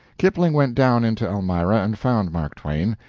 kipling went down into elmira and found mark twain.